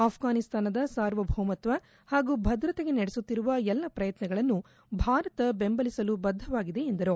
ಅಪ್ಪಾನಿಸ್ತಾನದ ಸಾರ್ವಭೌಮತ್ವ ಹಾಗೂ ಭದ್ರತೆಗೆ ನಡೆಸುತ್ತಿರುವ ಎಲ್ಲ ಶ್ರಯತ್ನಗಳನ್ನು ಭಾರತ ಬೆಂಬಲಿಸಲು ಬದ್ದವಾಗಿದೆ ಎಂದರು